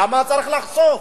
למה צריך לחסוך.